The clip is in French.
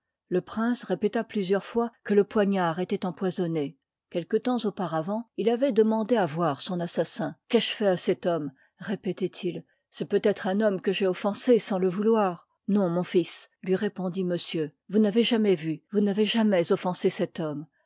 le prince répéta plusieurs fois que le poignard étoit empoisonné quelque temps auparavant il avoit demandé à voir son assassin qu'ai-je fait à cet homme répétoit il c'est peutêtre un homme que j'ai offensé sans le vouloir non mon fils lui reponliv u dit monsieur vous n'avez jamais vu vous n'avez jamais offensé cet homme